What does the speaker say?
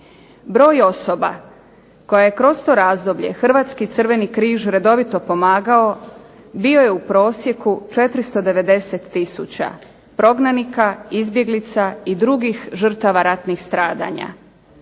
Broj osoba koje kroz to razdoblje Hrvatski crveni križ redovito pomagao bio je u prosjeku 490 tisuća prognanika, izbjeglica i drugih žrtava ratnih stradanja.